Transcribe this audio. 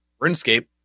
runescape